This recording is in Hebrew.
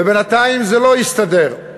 ובינתיים זה לא הסתדר.